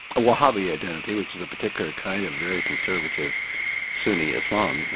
a wahhabi identity, which is a particular kind of very conservative sunni islam, yeah